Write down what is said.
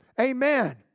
Amen